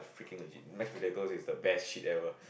freaking legit mash potato is the best shit ever